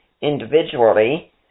individually